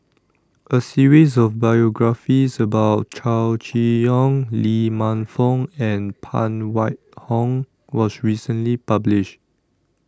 A series of biographies about Chow Chee Yong Lee Man Fong and Phan Wait Hong was recently published